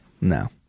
No